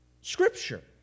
Scripture